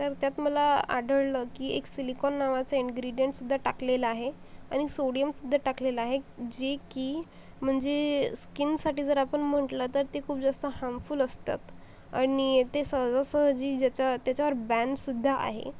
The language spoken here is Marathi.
तर त्यात मला आढळलं की एक सिलिकॉन नावाचा इंग्रिडियंटसुद्धा टाकलेला आहे आणि सोडियमसुद्धा टाकलेला आहे जे की म्हणजे स्किनसाठी जर आपण म्हटलं तर ते खूप जास्त हार्मफुल असतात आणि ते सहजासहजी ज्याच्यावर त्याच्यावर बॅनसुद्धा आहे